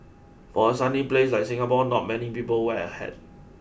for a sunny place like Singapore not many people wear a hat